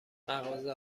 مغازه